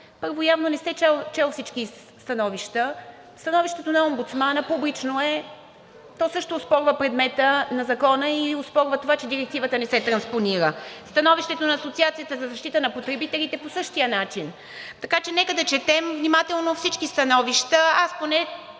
първо, явно не сте чел всички становища. Становището на омбудсмана е публично. То също оспорва предмета на Закона и оспорва това, че директивата не се транспонира. Становището на Асоциацията за защита на потребителите е по същия начин, така че нека да четем внимателно всички становища. Аз поне